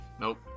nope